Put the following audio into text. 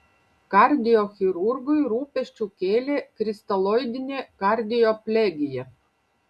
kardiochirurgui rūpesčių kėlė kristaloidinė kardioplegija